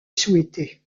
souhaité